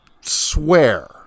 swear